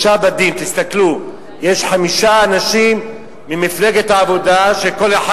יש חמישה אנשים ממפלגת העבודה שכל אחד